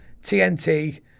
TNT